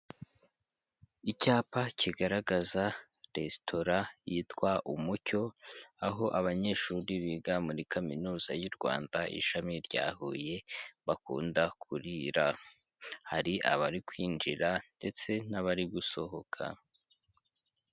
Icyapa kigaragaza resitora yitwa umucyo, aho abanyeshuri biga muri Kaminuza y'u Rwanda, ishami rya Huye bakunda kurira. Hari abari kwinjira ndetse n'abari gusohoka.